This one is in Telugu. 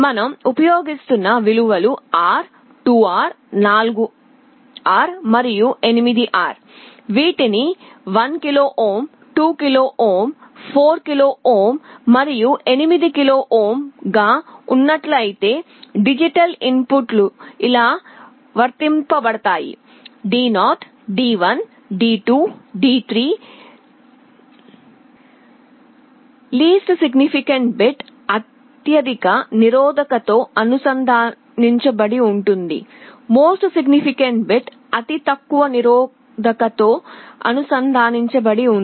మనం ఉపయోగిస్తున్న విలువలు R 2R 4R మరియు 8R వీటిని 1 kilo ohm 2 kilo ohm 4 kilo ohm మరియు 8 కిలో ఓం గాఉన్నట్లైయితే డిజిటల్ ఇన్పుట్లు ఇలా వర్తించబడతాయి D0 D1 D2 D3 least significant bit అత్యధిక నిరోధకతతో అనుసంధానించబడి ఉంటుంది మోస్ట్ సిగ్నిఫీ కెంట్ బిట్ అతి తక్కువ నిరోధకతతో అనుసంధానించబడి ఉంది